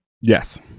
Yes